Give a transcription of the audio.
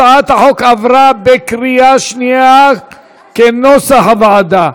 הצעת החוק עברה בקריאה שנייה כנוסח הוועדה.